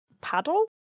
paddle